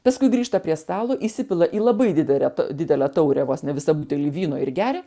paskui grįžta prie stalo įsipila į labai didelę didelę taurę vos ne visą butelį vyno ir geria